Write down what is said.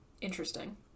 Interesting